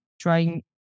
Trying